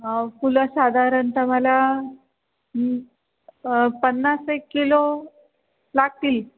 फुलं साधारणत मला पन्नास एक किलो लागतील